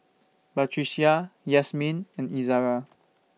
Batrisya Yasmin and Izara